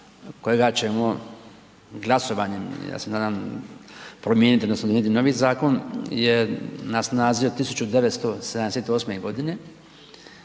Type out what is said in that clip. kojega ćemo glasovanjem i ja se nadam promijeniti, odnosno donijeti novi zakon je na snazi od 1978 godine